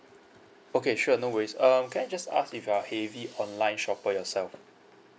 okay sure no worries um can I just ask if you are a heavy online shopper yourself